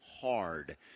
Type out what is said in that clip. hard